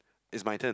is my turn